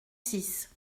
six